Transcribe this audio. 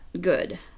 good